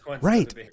Right